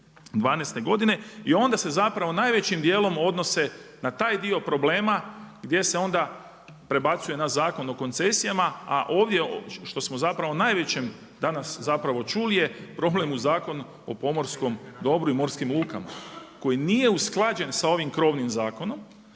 2012. godine, i onda se zapravo najvećim dijelom odnose na taj dio problema gdje se onda prebacuje na Zakon o koncesijama a ovdje što smo zapravo najveći danas zapravo čuli, je problem u Zakonu o pomorskom dobru i morskim lukama koji nije usklađen sa ovim krovnim zakonom